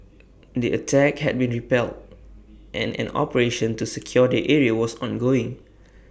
the attack had been repelled and an operation to secure the area was ongoing